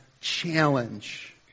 challenge